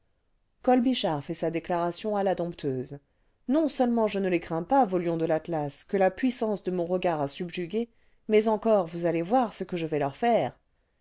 colbichard fait sa déclaration à la dompteuse non seulement je ne les crains pas vos bons de l'atlas que la puissance de mon regard a subjugués mais encore vous allez voir ce que je vais leur faire